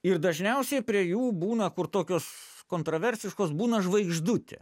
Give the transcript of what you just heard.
ir dažniausiai prie jų būna kur tokios kontraversiškos būna žvaigždutė